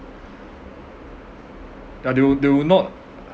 ya they would they would not